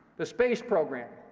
the space program,